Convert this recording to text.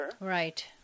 Right